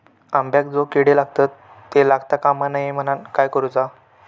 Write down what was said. अंब्यांका जो किडे लागतत ते लागता कमा नये म्हनाण काय करूचा?